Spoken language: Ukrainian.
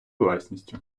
власністю